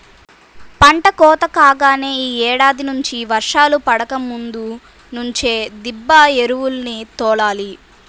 పంట కోత కాగానే యీ ఏడాది నుంచి వర్షాలు పడకముందు నుంచే దిబ్బ ఎరువుల్ని తోలాలి